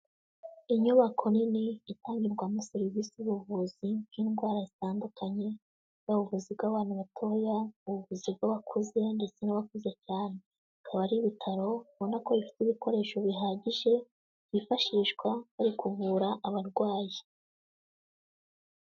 Inyubako nini itangirwamo serivisi y'ubuvuzi bw'indwara zitandukanye, bwaba ubuvuzi bw'abana batoya, ubuvuzi bw'abakuze ndetse n'abakuze cyane. Bikaba ari ibitaro ubona ko bifite ibikoresho bihagije, byifashishwa bari kuvura abarwayi.